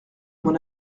mon